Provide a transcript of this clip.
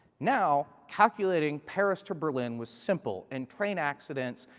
now calculating paris to berlin was simple, and train accidents,